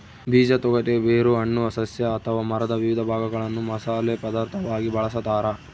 ಬೀಜ ತೊಗಟೆ ಬೇರು ಹಣ್ಣು ಸಸ್ಯ ಅಥವಾ ಮರದ ವಿವಿಧ ಭಾಗಗಳನ್ನು ಮಸಾಲೆ ಪದಾರ್ಥವಾಗಿ ಬಳಸತಾರ